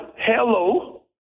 hello